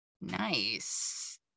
nice